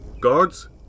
Guards